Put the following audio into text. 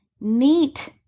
neat